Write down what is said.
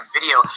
video